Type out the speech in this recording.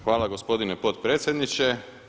Hvala gospodine potpredsjedniče.